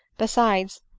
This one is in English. besides,